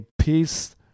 peace